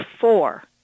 four